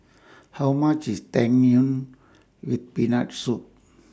How much IS Tang Yuen with Peanut Soup